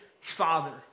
father